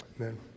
Amen